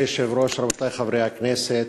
כבוד היושב-ראש, רבותי חברי הכנסת,